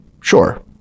sure